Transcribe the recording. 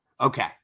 Okay